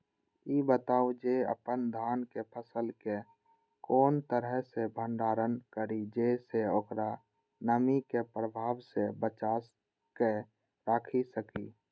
ई बताऊ जे अपन धान के फसल केय कोन तरह सं भंडारण करि जेय सं ओकरा नमी के प्रभाव सं बचा कय राखि सकी?